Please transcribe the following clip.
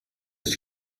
ist